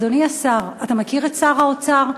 אדוני השר, אתה מכיר את שר האוצר?